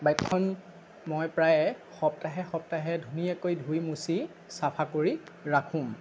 বাইকখন মই প্ৰায় সপ্তাহে সপ্তাহে ধুনীয়াকৈ ধুই মচি চাফা কৰি ৰাখোঁ